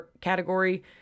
category